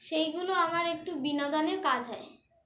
সেইগুলো আমার একটু বিনোদনের কাজ হয়